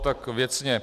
Tak věcně.